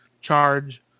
charge